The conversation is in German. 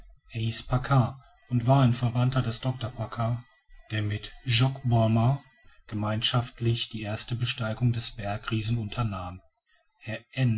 und war ein verwandter des doctor paccard der mit jacques balmat gemeinschaftlich die erste besteigung des bergriesen unternahm herr